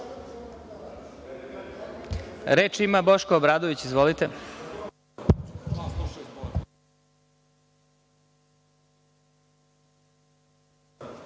ima Boško Obradović. Izvolite.